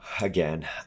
Again